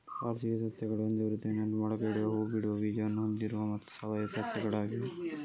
ವಾರ್ಷಿಕ ಸಸ್ಯಗಳು ಒಂದೇ ಋತುವಿನಲ್ಲಿ ಮೊಳಕೆಯೊಡೆಯುವ ಹೂ ಬಿಡುವ ಬೀಜವನ್ನು ಹೊಂದಿರುವ ಮತ್ತು ಸಾಯುವ ಸಸ್ಯಗಳಾಗಿವೆ